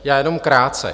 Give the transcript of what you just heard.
Já jenom krátce.